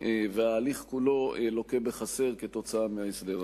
וההליך כולו לוקה בחסר כתוצאה מההסדר הזה.